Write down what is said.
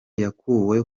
yakuwe